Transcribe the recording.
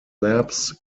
labs